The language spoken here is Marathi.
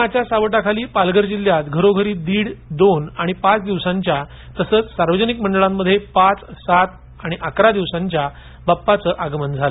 कोरोनाच्या सावटाखाली पालघर जिल्ह्यात घरोघरी दीड दोन आणि पाच दिवसांच्या तसचं सार्वजनिक मंडळामध्ये पाच सात आणि अकरा दिवसांसाठी बाप्पाचं आगमन झालं